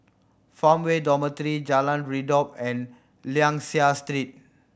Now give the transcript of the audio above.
Farmway Dormitory Jalan Redop and Liang Seah Street